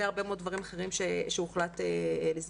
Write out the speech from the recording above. הרבה מאוד דברים אחרים שהוחלט לסגור,